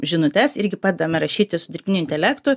žinutes irgi pradedame rašyti su dirbtiniu intelektu